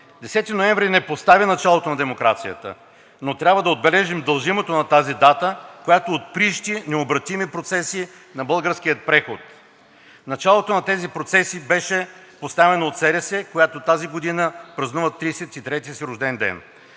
ноември не постави началото на демокрация, но трябва да отбележим дължимото на тази дата, която отприщи необратими процеси на българския преход. Началото на тези процеси беше поставено от СДС, която тази година празнува 33-ия си рожден ден.